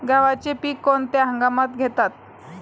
गव्हाचे पीक कोणत्या हंगामात घेतात?